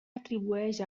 atribueix